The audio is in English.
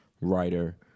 writer